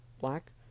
black